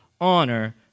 honor